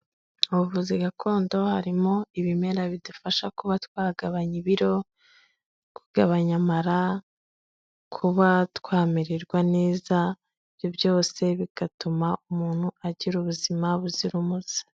Mu buvuzi gakondo harimo ibimera bidufasha kuba twagabanya ibiro, kugabanya amara, kuba twamererwa neza, ibyo byose bigatuma umuntu agira ubuzima buzira umuze.